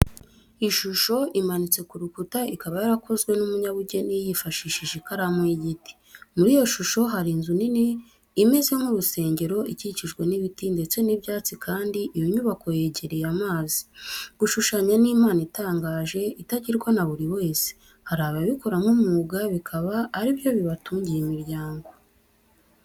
Ishusho imanitse ku rukuta, ikaba yarakozwe n'umunyabugeni yifashishije ikaramu y'igiti. Muri iyo shusho hari inzu nini imeze nk'urusengero ikikijwe n'ibiti ndetse n'ibyatsi kandi iyo nyubako yegereye amazi. Gushushanya ni impano itangaje itagirwa na buri wese, hari ababikora nk'umwuga bikaba ari byo bibatungiye imiryango.